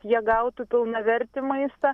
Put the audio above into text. jie gautų pilnavertį maistą